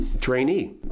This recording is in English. trainee